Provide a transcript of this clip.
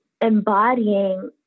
embodying